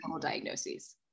diagnoses